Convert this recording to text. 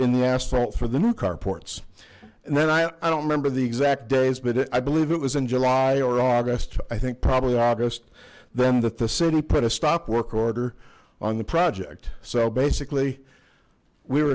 asphalt for the new car ports and then i don't remember the exact days but it i believe it was in july or august i think probably august then that the city put a stop work order on the project so basically we